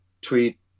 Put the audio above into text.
tweet